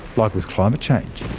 like with climate change.